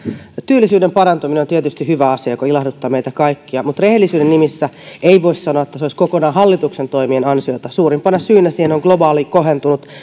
työllisyyden parantuminen on tietysti hyvä asia joka ilahduttaa meitä kaikkia mutta rehellisyyden nimissä ei voi sanoa että se olisi kokonaan hallituksen toimien ansiota suurimpana syynä siihen on globaali kohentunut